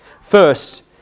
first